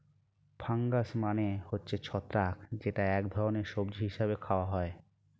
fungus মানে হচ্ছে ছত্রাক যেটা এক ধরনের সবজি হিসেবে খাওয়া হয়